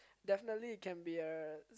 definitely it can be a